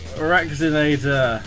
Raxinator